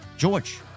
George